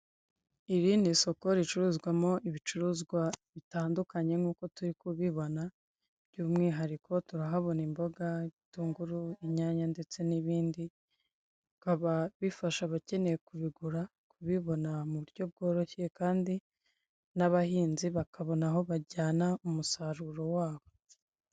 Iri ni isoko ricuruzwamo ibicuruzwa bitandukanye nk'uko turi kubibona, by'umwihariko turahabona imboga, ibitunguru, inyanya ndetse n'ibindi. Bikaba bifasha abakeneye kubigura, kubibona mu buryo bworoshye kandi n'abahinzi bakabona aho bajyana umusaruro wabo.